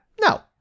no